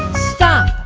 stop!